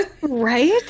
Right